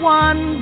one